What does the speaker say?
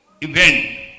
event